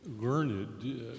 learned